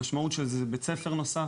המשמעות של זה זה בית ספר נוסף,